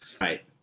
Right